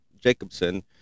Jacobson